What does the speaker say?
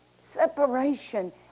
Separation